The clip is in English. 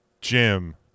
Jim